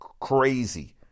Crazy